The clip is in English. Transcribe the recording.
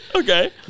Okay